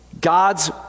God's